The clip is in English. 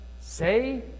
Say